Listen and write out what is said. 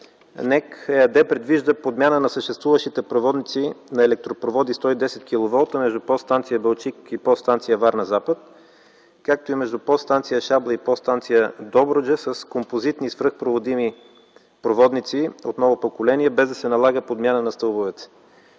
„НЕК” ЕАД предвижда подмяна на съществуващите проводници на електропроводи 110 киловолта между подстанция „Балчик” и подстанция „Варна-Запад”, както и между подстанция „Шабла” и подстанция „Добруджа” с композитни свръхпроводими проводници от ново поколение без да се налага подмяна на стълбовете.